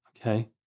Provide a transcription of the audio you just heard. Okay